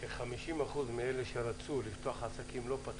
ש-50% מאלה שרצו לפתוח עסקים לא פתחו,